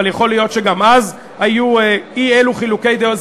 אבל יכול להיות שגם אז היו אי-אלו חילוקי דעות.